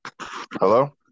Hello